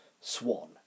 swan